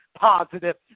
positive